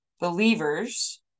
believers